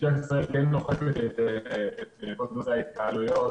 משטרת ישראל אוכפת את כל נושא ההתקהלויות